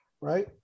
right